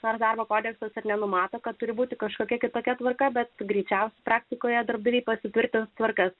ar darbo kodeksas nenumato kad turi būti kažkokia kitokia tvarka bet greičiausiai praktikoje darbiniai pasitvirtinti tvarkas